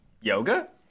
Yoga